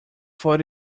thought